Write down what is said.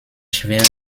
schweren